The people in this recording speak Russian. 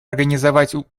организовать